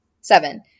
Seven